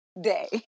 day